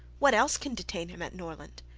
what else can detain him at norland?